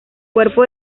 cuerpo